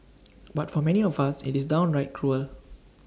but for many of us IT is downright cruel